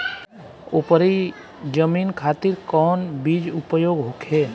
उपरी जमीन खातिर कौन बीज उपयोग होखे?